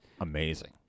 amazing